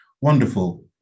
wonderful